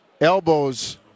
elbows